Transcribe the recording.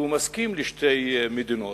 שהוא מסכים לשתי מדינות.